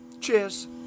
cheers